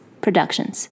Productions